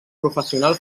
professional